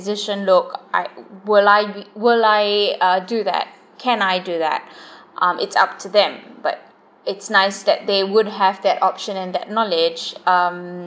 decision look I will I will I uh do that can I do that um it's up to them but it's nice that they would have that option and that knowledge um